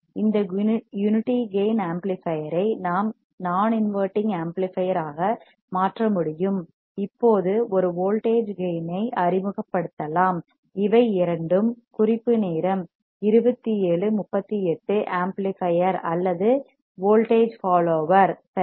இந்த unity gain amplifier ஐ நாம் நான் இன்வெர்ட்டிங் ஆம்ப்ளிபையர் ஆக மாற்ற முடியும் இப்போது ஒரு வோல்ட்டேஜ் கேயின் ஐ அறிமுகப்படுத்தலாம் இவை இரண்டும் குறிப்பு நேரம் 2738 ஆம்ப்ளிபையர் அல்லது வோல்ட்டேஜ் ஃபால் ஓவர் சரியா